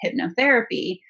hypnotherapy